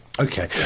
Okay